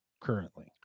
currently